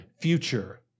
future